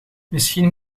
misschien